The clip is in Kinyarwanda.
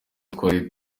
twari